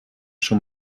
schon